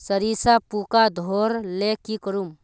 सरिसा पूका धोर ले की करूम?